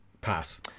Pass